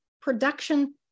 production